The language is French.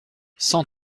cent